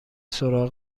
سراغ